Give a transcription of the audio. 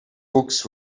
books